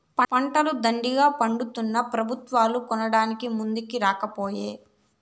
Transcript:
పంటలు దండిగా పండితున్నా పెబుత్వాలు కొనడానికి ముందరికి రాకపోయే